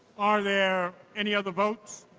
are there any other votes?